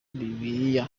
bible